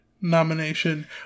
nomination